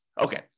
Okay